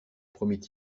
promit